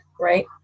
right